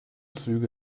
züge